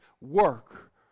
work